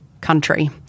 country